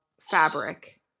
fabric